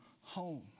home